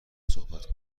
صحبت